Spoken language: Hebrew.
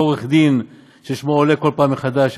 אותו עורך דין ששמו עולה כל פעם מחדש,